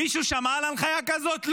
מישהו שמע על הנחיה כזאת?